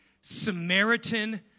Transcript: Samaritan